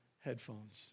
headphones